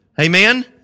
Amen